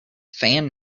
fan